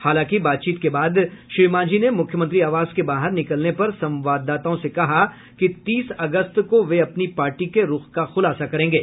हालांकि बातचीत के बाद श्री मांझी ने मुख्यमंत्री आवास के बाहर निकलने पर संवाददाताओं से कहा कि तीस अगस्त को वे अपनी पार्टी के रूख का खुलासा करेंगे